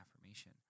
affirmation